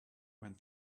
when